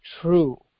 true